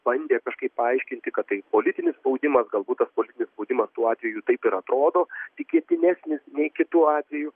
bandė kažkaip paaiškinti kad tai politinis spaudimas galbūt tas politinis spaudimas tuo atveju taip ir atrodo tikėtinesnis nei kitu atveju